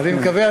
אני מקווה,